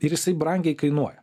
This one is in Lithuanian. ir jisai brangiai kainuoja